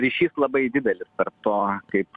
ryšys labai didelis tarp to kaip